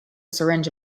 syringe